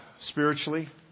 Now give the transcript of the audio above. spiritually